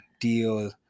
deal